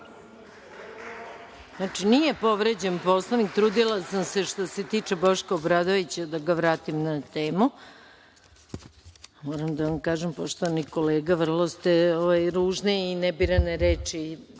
vam. Znači, nije povređen Poslovnik, trudila sam se što se tiče Boška Obradovića da ga vratim na temu. Moram da vam kažem poštovani kolega vrlo ste ružne i nebirane reči